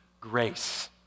grace